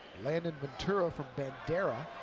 landon ventura from bandera.